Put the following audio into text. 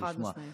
חד-משמעית.